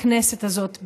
בכנסת הזאת,